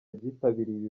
byitabiriye